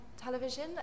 television